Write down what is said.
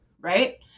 right